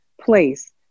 place